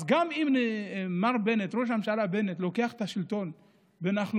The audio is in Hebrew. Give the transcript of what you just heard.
אז גם אם ראש הממשלה בנט לוקח את השלטון בנכלוליות,